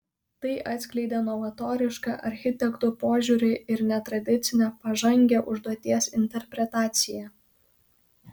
tai atskleidė novatorišką architektų požiūrį ir netradicinę pažangią užduoties interpretaciją